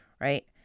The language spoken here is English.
right